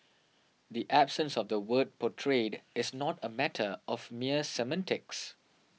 the absence of the word portrayed is not a matter of mere semantics